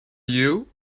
you